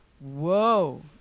Whoa